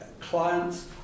clients